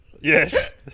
Yes